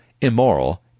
immoral